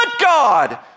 God